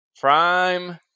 Prime